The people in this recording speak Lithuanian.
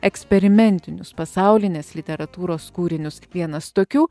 eksperimentinius pasaulinės literatūros kūrinius vienas tokių